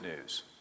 news